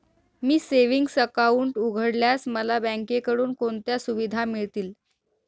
मी savings account उघडल्यास मला बँकेकडून कोणत्या सुविधा मिळतील?